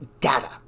data